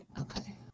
Okay